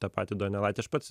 tą patį donelaitį aš pats